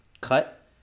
cut